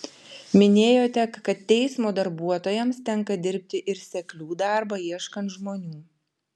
minėjote kad teismo darbuotojams tenka dirbti ir seklių darbą ieškant žmonių